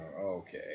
Okay